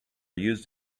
used